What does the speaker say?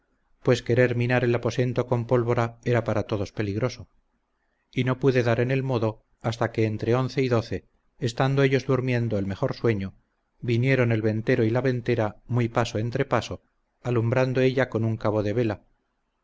pues querer minar el aposento con pólvora era para todos peligroso y no pude dar en el modo hasta que entre once y doce estando ellos durmiendo el mejor sueño vinieron el ventero y la ventera muy paso entre paso alumbrando ella con un cabo de vela